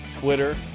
Twitter